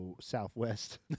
Southwest